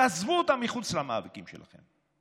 תעזבו אותם מחוץ למאבקים שלכם.